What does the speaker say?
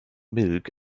milk